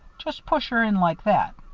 just push her in like that.